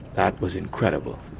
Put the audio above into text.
that was incredible.